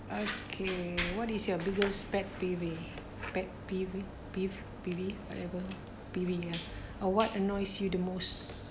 okay what is your biggest pet peeve pet peeve peev~ peeve whatever peeve or what annoys you the most